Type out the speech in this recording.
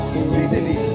speedily